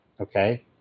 Okay